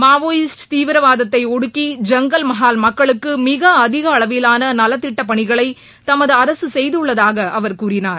Maoist தீவிரவாதத்தை ஒடுக்கி ஜங்கல் மஹால் மக்களுக்கு மிக அதிக அளவிலான நலத்திட்ட பணிகளை தமது அரசு செய்துள்ளதாக அவர் கூறினார்